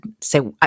say –